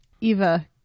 Eva